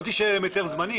לא תישאר עם היתר זמני.